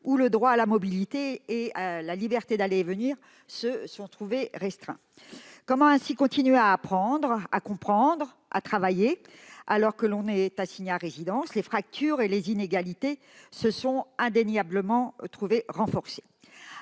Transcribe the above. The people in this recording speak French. où le droit à la mobilité et la liberté d'aller et venir se sont trouvés restreints. Comment continuer à apprendre, à comprendre, à travailler alors que l'on est assigné à résidence ? Les fractures et les inégalités se sont indéniablement trouvées renforcées.